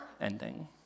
ending